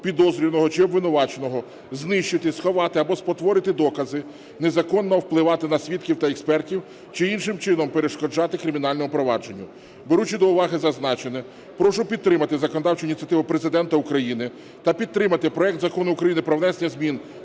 підозрюваного чи обвинуваченого знищити, сховати або спотворити докази, незаконно впливати на свідків та експертів, чи іншим чином перешкоджати кримінальному провадженню. Беручи до уваги зазначене, прошу підтримати законодавчу ініціативу Президента України та підтримати проект Закону України про внесення зміни